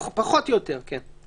פחות או יותר, כן.